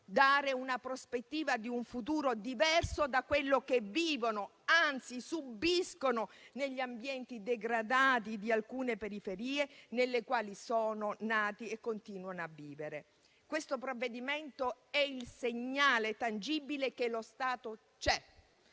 dare la prospettiva di un futuro diverso da quello che vivono, anzi, subiscono negli ambienti degradati di alcune periferie, nelle quali sono nati e continuano a vivere. Questo provvedimento è il segnale tangibile che lo Stato c'è